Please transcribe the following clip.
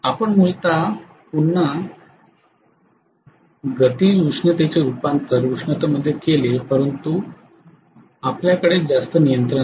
आपण मूलत पुन्हा गतिज उष्णतेचे रुपांतर उष्णतेमध्ये केले परंतु आपल्याकडे जास्त नियंत्रण नाही